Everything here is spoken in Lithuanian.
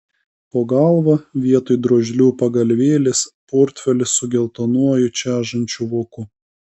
po galva vietoj drožlių pagalvėlės portfelis su geltonuoju čežančiu voku